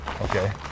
Okay